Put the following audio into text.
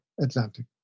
Atlantic